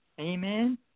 amen